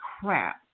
crap